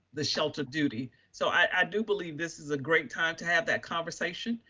the shelter duty. so i do believe this is a great time to have that conversation.